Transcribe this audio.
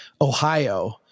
Ohio